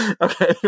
Okay